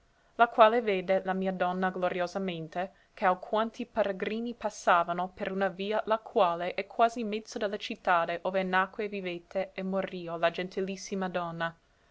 la quale vede la mia donna gloriosamente che alquanti peregrini passavano per una via la quale è quasi mezzo de la cittade ove nacque e vivette e morìo la gentilissima donna